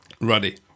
Ready